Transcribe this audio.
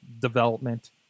development